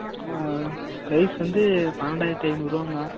price வந்து பன்னண்டாயிரத்தி ஐந்நூறுவாங்கணா